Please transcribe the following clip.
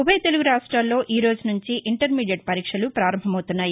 ఉభయతెలుగు రాష్టాల్లో ఈ రోజు నుంచి ఇంటర్మీడియెట్ పరీక్షలు ప్రారంభం అవుతున్నాయి